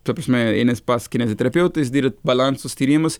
ta prasme einat pas kineziterapeutus dirbat balansus tyrimus